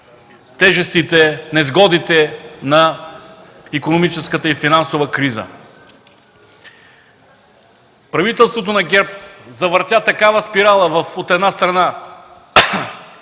понасят несгодите на икономическата и финансова криза. Правителството на ГЕРБ завъртя такава спирала – от една страна,